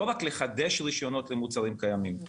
לא רק לחדש רישיונות למוצרים קיימים.